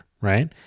right